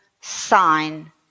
sign